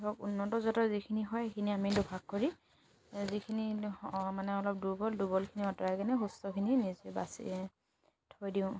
ধৰক উন্নত জাতৰ যিখিনি হয় সেইখিনি আমি দুভাগ কৰি যিখিনি স মানে অলপ দুৰ্বল দুৰ্বলখিনি আঁতৰাই কিনে সুস্থখিনি নিজে বাচি থৈ দিওঁ